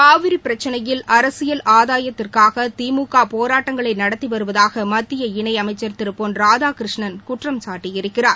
காவிரி பிரச்சினையில் அரசியல் ஆதாயத்திற்காக திமுக பேராட்டங்களை நடத்தி வருவதாக மத்திய இணையமைச்சர் திரு பொன்ராதாகிருஷ்ணன் குற்றம் சாட்டியிருக்கிறார்